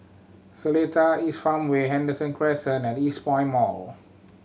Seletar East Farmway Henderson Crescent and Eastpoint Mall